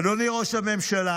אדוני ראש הממשלה,